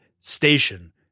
station